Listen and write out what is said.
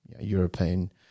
European